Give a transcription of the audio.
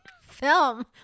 film